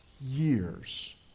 years